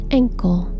ankle